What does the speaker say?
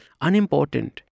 unimportant